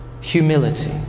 humility